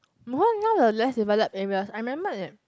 you know now the less developed areas I remember that